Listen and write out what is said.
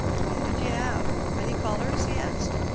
whom did you have? many callers? he asked.